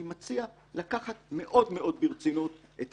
אני מציע לקחת מאוד מאוד ברצינות את